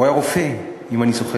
הוא היה רופא, אם אני זוכר.